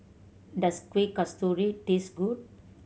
does Kueh Kasturi taste good